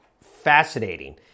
fascinating